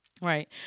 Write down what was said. Right